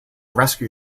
rescue